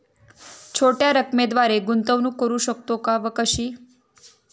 छोट्या रकमेद्वारे गुंतवणूक करू शकतो का व कशी?